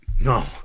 No